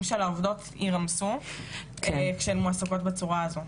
של העובדות יירמסו כשהן מועסקות בצורה הזו.